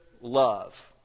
love